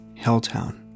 Helltown